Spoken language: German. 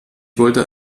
wollte